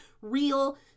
real